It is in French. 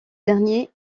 dernier